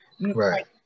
Right